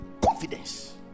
confidence